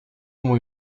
mój